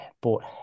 bought